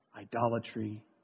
idolatry